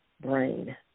brain